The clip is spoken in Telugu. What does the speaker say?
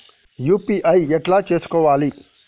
యూ.పీ.ఐ ఎట్లా చేసుకోవాలి?